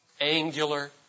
angular